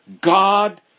God